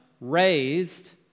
raised